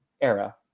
era